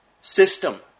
system